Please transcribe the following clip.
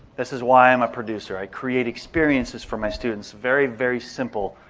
this is why i'm a producer. i create experiences for my students. very, very simple,